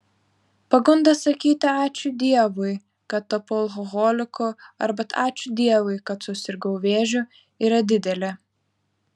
pagunda sakyti ačiū dievui kad tapau alkoholiku arba ačiū dievui kad susirgau vėžiu yra didelė